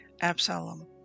Absalom